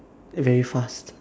eh very fast